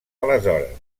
aleshores